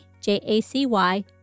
J-A-C-Y